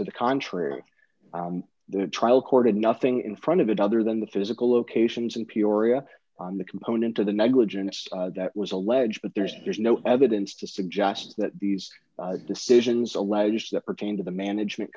to the contrary the trial court had nothing in front of it other than the physical locations in peoria on the component of the negligence that was alleged but there's there's no evidence to suggest that these decisions allege that pertain to the management